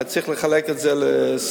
היה צריך לחלק את זה ל-20,